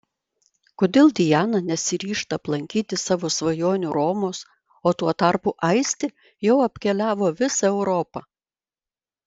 kodėl diana nesiryžta aplankyti savo svajonių romos o tuo tarpu aistė jau apkeliavo visą europą